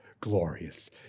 glorious